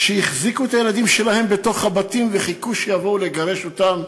שהחזיקו את הילדים שלהם בתוך הבתים וחיכו שיבואו לגרש אותם.